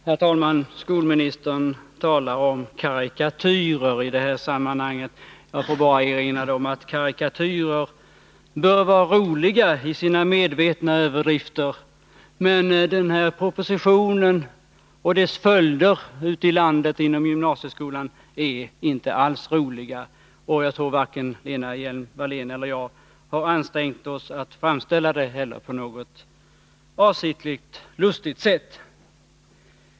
Herr talman! Skolministern talar om karikatyrer i detta sammanhang. Jag får då bara erinra om att karikatyrer bör vara roliga i sina medvetna överdrifter. Men den här propositionen och dess följder ute i landet i fråga om gymnasieskolan är inte alls roliga, och varken Lena Hjelm-Wallén eller jag har väl gjort några ansträngningar att framställa det på något avsiktligt lustigt sätt.